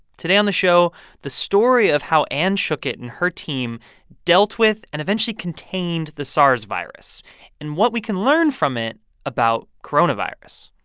today on the show the story of how anne schuchat and her team dealt with and eventually contained the sars virus and what we can learn from it about coronavirus